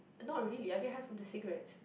not really I get high from the cigarettes